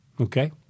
Okay